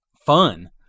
fun